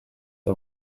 the